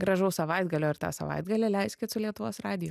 gražaus savaitgalio ir tą savaitgalį leiskit su lietuvos radiju